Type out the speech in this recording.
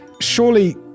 surely